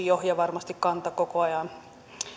jo vuonna kaksituhattakuusi ja varmasti kanta koko ajan